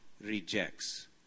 rejects